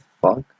fuck